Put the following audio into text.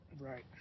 right